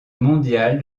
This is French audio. mondial